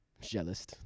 Jealous